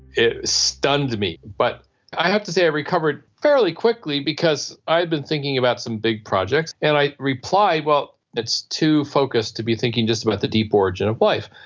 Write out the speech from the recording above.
it stunned me, but i have to say i recovered fairly quickly because i had been thinking about some big projects, and i replied, well, it's too focused to be thinking just about the deep origin of life,